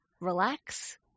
relax